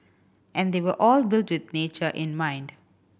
and they were all built with nature in mind